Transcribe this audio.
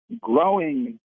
growing